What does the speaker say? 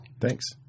Thanks